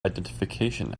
identification